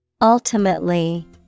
Ultimately